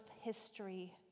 history